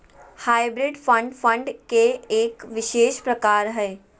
hybrid fund, fund के एक विशेष प्रकार हय